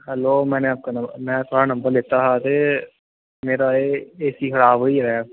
में आपका में थुआढ़ा नंबर लैता हा ते एह् थुआढ़ा एसी खराब होई गेदा